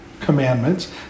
commandments